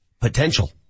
Potential